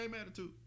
attitude